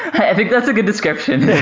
i think that's a good description,